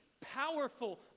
powerful